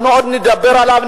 אנחנו עוד נדבר עליו,